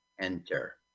Enter